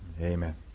Amen